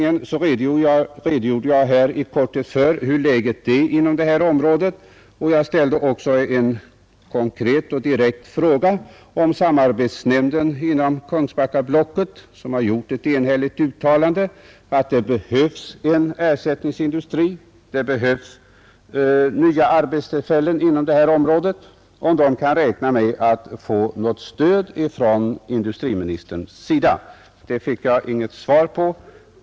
I fråga om sysselsättningen redogjorde jag i korthet för hur läget är inom ifrågavarande område, och jag ställde också en direkt konkret fråga huruvida samarbetsnämnden inom Kungsbackablocket, som har gjort ett enhälligt uttalande att det behövs en ersättningsindustri och nya arbetstillfällen inom blockets område, kan räkna med att få något stöd från industriministerns sida. Det fick jag inget svar på.